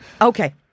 Okay